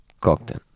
Cocktail